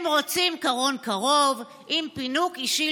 / הם רוצים קרון קרוב / עם פינוק אישי